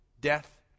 death